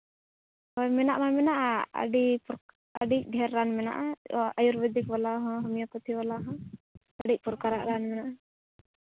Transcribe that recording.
ᱢᱮᱱᱟᱜ ᱢᱟ ᱢᱮᱱᱟᱜᱼᱟ ᱟᱹᱰᱤ ᱟᱹᱰᱤ ᱰᱷᱮᱨ ᱨᱟᱱ ᱢᱮᱱᱟᱜᱼᱟ ᱟᱹᱭᱩᱨ ᱵᱮᱫᱤᱠ ᱵᱟᱞᱟ ᱦᱚᱸ ᱦᱳᱢᱤᱭᱳ ᱯᱮᱛᱷᱤ ᱵᱟᱞᱟ ᱦᱚᱸ ᱟᱹᱰᱤ ᱯᱨᱚᱠᱟᱨᱟᱜ ᱨᱟᱱ ᱢᱮᱱᱟᱜᱼᱟ